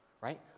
right